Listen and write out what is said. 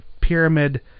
pyramid